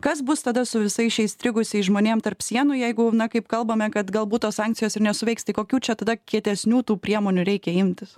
kas bus tada su visais šiais strigusiais žmonėm tarp sienų jeigu kaip kalbame kad galbūt tos sankcijos ir nesuveiks tai kokių čia tada kietesnių tų priemonių reikia imtis